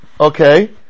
Okay